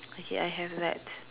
okay I have that